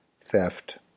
theft